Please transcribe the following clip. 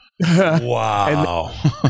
Wow